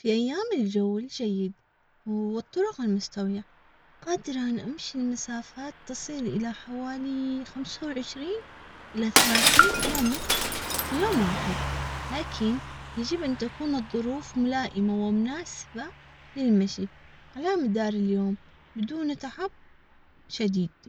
في أيام الجو الجيد والطرق المستوية، قادرة أن أمشي لمسافات تصل إلى حوالي خمسة وعشرين إلى ثلاثين كيلو متر في يوم واحد، لكن يجب أن تكون الظروف ملائمة ومناسبة للمشي علامة.